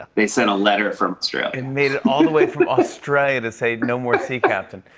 they sent a letter from australia. and made it all the way from australia to say no more sea captain.